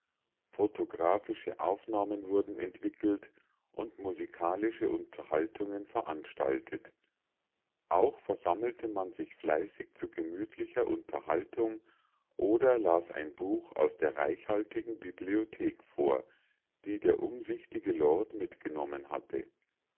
photographische aufnahmen wurden entwickelt und musikalische unterhaltungen veranstaltet auch versammelte man sich fleißig zu gemütlicher unterhaltung oder las ein buch aus der reichhaltigen bibliothek vor die der umsichtige lord mitgenommen hatte